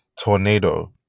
tornado